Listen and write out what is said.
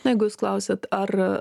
na jeigu jūs klausiat ar